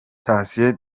thacien